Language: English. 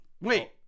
Wait